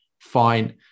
fine